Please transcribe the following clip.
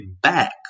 back